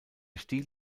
stil